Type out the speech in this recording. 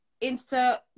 insert